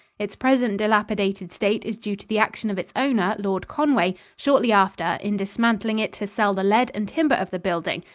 its present dilapidated state is due to the action of its owner, lord conway, shortly after, in dismantling it to sell the lead and timber of the building,